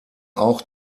auch